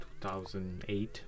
2008